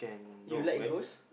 you like ghost